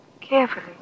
carefully